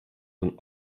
von